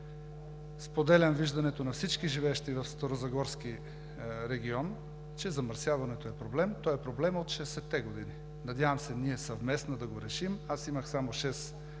Споделям виждането на всички, живеещи в Старозагорски регион, че замърсяването е проблем. То е проблем от 60-те години. Надявам се ние съвместно да го решим. Аз имах само шест